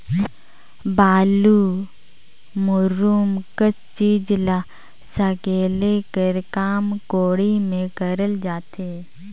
बालू, मूरूम कस चीज ल सकेले कर काम कोड़ी मे करल जाथे